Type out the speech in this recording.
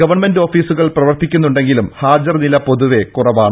government ഓഫീസുകൾ പ്രവർത്തിക്കുന്നുണ്ടെങ്കിലും ഹാജർനില പൊതുവെ കുറവാണ്